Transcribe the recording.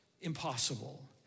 impossible